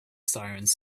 sirens